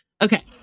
Okay